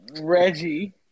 Reggie